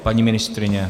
Paní ministryně?